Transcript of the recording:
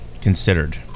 considered